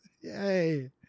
yay